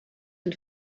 and